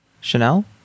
Chanel